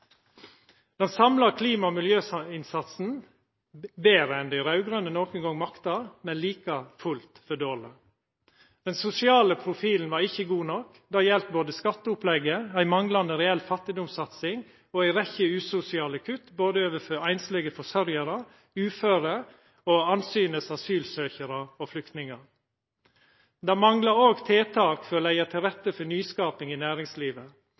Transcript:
Den samla klima- og miljøinnsatsen er betre enn det dei raud-grøne nokon gong makta, men like fullt for dårleg. Den sosiale profilen var ikkje god nok. Det gjaldt både skatteopplegget, ei manglande reell fattigdomssatsing og ei rekkje usosiale kutt, både for einslege forsørgjarar, uføre og andsynes asylsøkjarar og flyktningar. Det manglar òg tiltak for å leggja til rette for nyskaping i næringslivet.